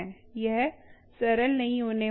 यह सरल नहीं होने वाला है